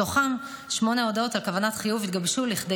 ומתוכן שמונה הודעות על כוונות חיוב התגבשו לכדי